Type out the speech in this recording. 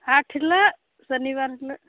ᱦᱟᱴ ᱦᱤᱞᱳᱜ ᱥᱚᱱᱤ ᱵᱟᱨ ᱦᱤᱞᱳᱜ